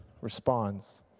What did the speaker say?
responds